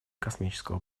космического